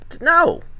no